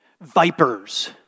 Vipers